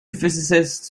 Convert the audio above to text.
physicists